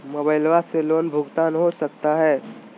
Mobile से loan भुगतान हो सकता है?